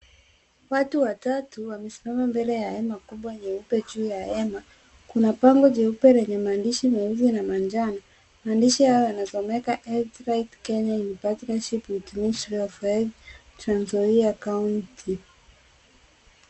Watu watatu wamesimama mbele ya hema kubwa nyeupe. Juu ya hema, kuna bango jeupe lenye maandishi meusi na manjano. Maandishi hayo yanasomeka health strike Kenya in partnership with ministry of health Trans Nzoia county .